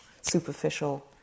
superficial